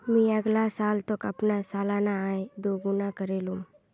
मी अगला साल तक अपना सालाना आय दो गुना करे लूम